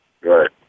Right